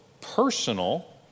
personal